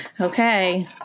Okay